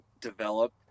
develop